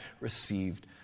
received